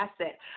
asset